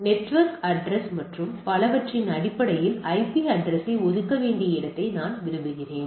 network address மற்றும் பலவற்றின் அடிப்படையில் ஐபி அட்ரஸ்யை ஒதுக்க வேண்டிய இடத்தை நான் விரும்புகிறேன்